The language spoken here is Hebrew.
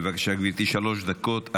בבקשה, גברתי, שלוש דקות.